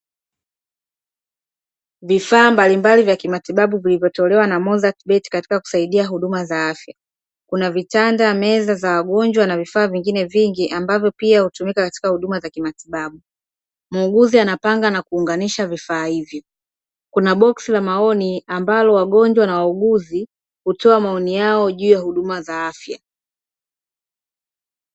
Vifaa mbalimbali vya kimatibabu vilivyotolewa na mozati beti katika kusaidia huduma za afya, kuna vitanda, meza za wagonjwa na vifaa vingine vingi ambavyo pia hutumika katika huduma za kimatibabu. Muuguzi anapanga na kuunganisha vifaa hivi. Kuna boski la maoni, ambalo wagonjwa na wauguzi hutoa maoni yao juu ya huduma za afya.